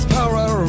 Power